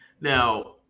now